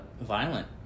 violent